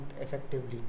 effectively